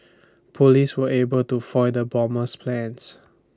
Police were able to foil the bomber's plans